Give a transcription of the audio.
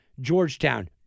Georgetown